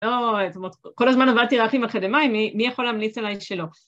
לא... זאת אומרת... כל הזמן עבדתי רק עם אקדמאים, מי יכול להמליץ עליי, שלא?